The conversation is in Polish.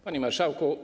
Panie Marszałku!